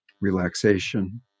relaxation